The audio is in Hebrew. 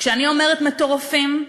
כשאני אומרת "מטורפים",